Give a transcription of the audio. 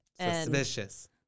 Suspicious